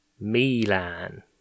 Milan